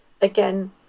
again